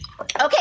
Okay